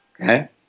Okay